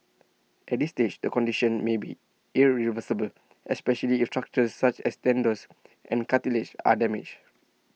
at this stage the condition may be irreversible especially if structures such as tendons and cartilage are damaged